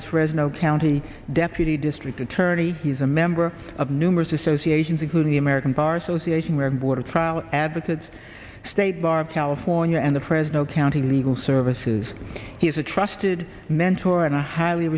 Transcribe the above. as fresno county deputy district attorney he's a member of numerous associations including the american bar association where board of trial advocates state bar california and the president county legal services he is a trusted mentor and a highly